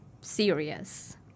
serious